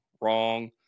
wrong